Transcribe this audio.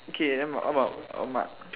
K then what about what about uh Mark